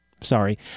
Sorry